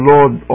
Lord